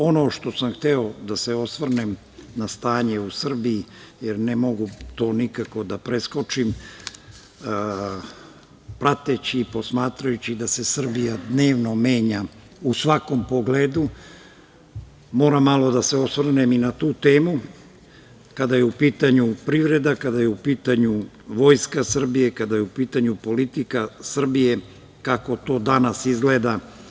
Ono što sam hteo da se osvrnem na stanje u Srbiji, jer ne mogu to nikako da preskočim, prateći i posmatrajući da se Srbija dnevno menja u svakom pogledu, moram malo da se osvrnem i na tu temu, kada je u pitanju privreda, kada je u pitanju Vojska Srbije, kada je u pitanju politika Srbije kako to danas izgleda.